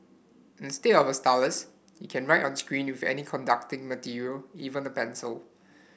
instead of a stylus you can write on screen with any conducting material even a pencil